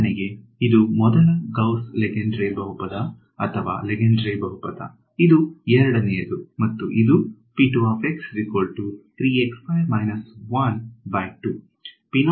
ಉದಾಹರಣೆಗೆ ಇದು ಮೊದಲ ಗೌಸ್ ಲೆಂಗೆಡ್ರೆ ಬಹುಪದ ಅಥವಾ ಲೆಂಗೆಡ್ರೆ ಬಹುಪದ ಇದು ಎರಡನೆಯದು ಮತ್ತು ಇದು